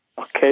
Okay